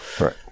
Right